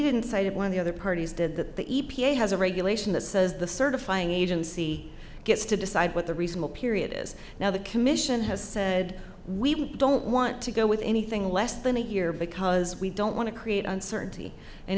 didn't cited one of the other parties did that the e p a has a regulation that says the certifying agency gets to decide what the reasonable period is now the commission has said we don't want to go with anything less than a year because we don't want to create uncertainty and